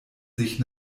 sich